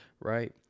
right